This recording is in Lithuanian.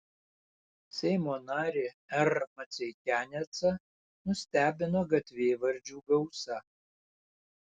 seimo narį r maceikianecą nustebino gatvėvardžių gausa